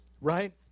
right